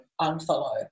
unfollow